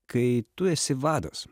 kai tu esi vadas